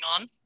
on